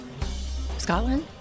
Scotland